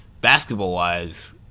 basketball-wise